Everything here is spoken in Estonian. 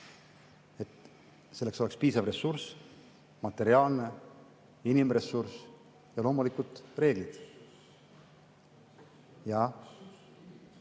selleks oleks piisav ressurss, materiaalne ja inimressurss, ja loomulikult reeglid.